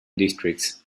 districts